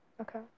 Okay